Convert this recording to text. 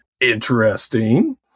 Interesting